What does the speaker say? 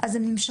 אז הם נמשכים.